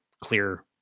clear